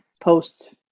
post